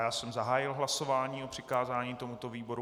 Já jsem zahájil hlasování o přikázání tomuto výboru.